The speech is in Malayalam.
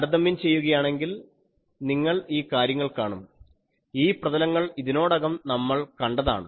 താരതമ്യം ചെയ്യുകയാണെങ്കിൽ നിങ്ങൾ ഈ കാര്യങ്ങൾ കാണും ഈ പ്രതലങ്ങൾ ഇതിനോടകം നമ്മൾ കണ്ടതാണ്